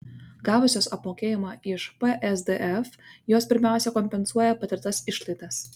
gavusios apmokėjimą iš psdf jos pirmiausia kompensuoja patirtas išlaidas